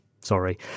Sorry